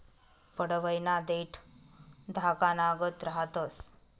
पडवयना देठं धागानागत रहातंस